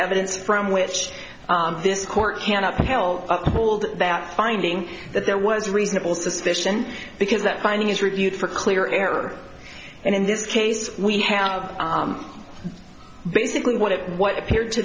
evidence from which this court cannot be held up hold that finding that there was reasonable suspicion because that finding is reviewed for clear error and in this case we have basically what it what appeared to